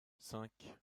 cinq